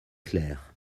claire